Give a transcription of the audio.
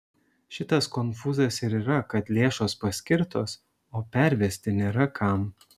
šitas konfūzas ir yra kad lėšos paskirtos o pervesti nėra kam